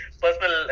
personal